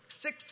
six